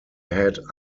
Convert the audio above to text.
had